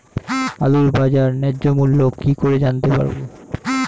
আলুর বাজার ন্যায্য মূল্য কিভাবে জানতে পারবো?